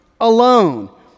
alone